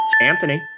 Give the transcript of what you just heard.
Anthony